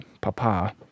Papa